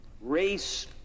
race